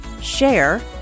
share